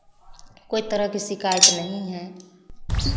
कोई तरह की शिकायत नहीं है